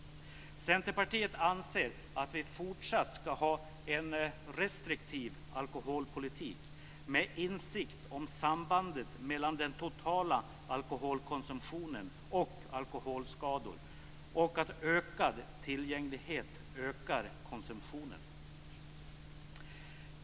Centerpartiet anser att vi fortsatt ska ha en restriktiv alkoholpolitik, med insikt om sambandet mellan den totala alkoholkonsumtionen och alkoholskador och att ökad tillgänglighet ökar konsumtionen.